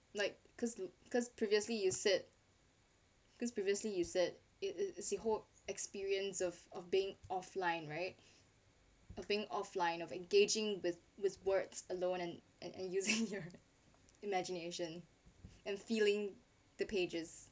like cause look because previously you said cause previously you said it it it see whole experience of of being offline right uh being offline of engaging with with words alone and and and using your imagination and feeling the pages